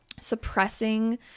suppressing